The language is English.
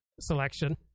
selection